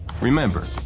remember